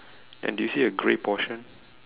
and do you see a grey portion